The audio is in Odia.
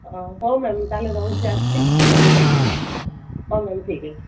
ହଉ ମ୍ୟାମ୍ ତା'ହେଲେ ରହୁଛି ଆସୁଛି କାଲିକୁ ହଉ ମ୍ୟାମ୍ ଠିକ୍ ଅଛି